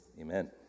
Amen